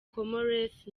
comores